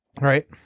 right